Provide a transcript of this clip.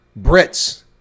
Brits